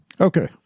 Okay